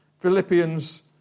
Philippians